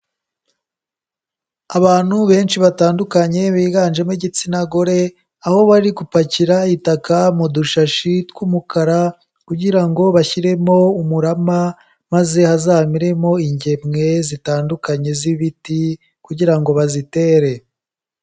Abantu benshi batandukanye biganjemo igitsina gore, aho bari gupakira itaka mu dushashi tw'umukara, kugira ngo bashyiremo umurama, maze hazameremo ingemwe zitandukanye z'ibiti, kugira ngo bazitere.